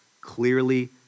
clearly